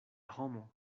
homo